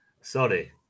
Sorry